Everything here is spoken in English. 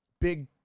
Big